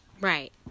Right